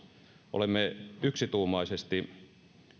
olemme yksituumaisesti